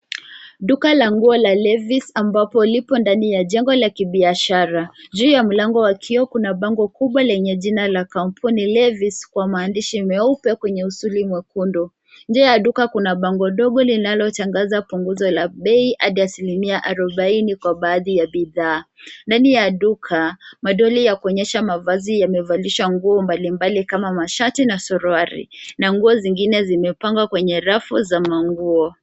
Duka la nguo la Levis ambapo lipo ndani ya jengo la kibiashara. Juu ya mlango wa kioo kuna bango kubwa lenye jina ya kampuni Levis kwa maandishi meupe kwenye usuli mwekundu. Nje ya duka kuna bango dogo linalotangaza punguzo la bei hadi asilimia arubaini kwa baadhi ya bidhaa. Ndani ya duka, madoli ya kuonyesha mavazi yamevalishwa nguo mbalimbali kama mashati na suruali na nguo zingine zimepangwa kwenye rafu za manguo.